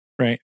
Right